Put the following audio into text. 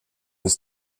ist